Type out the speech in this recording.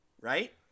right